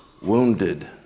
wounded